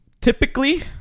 Typically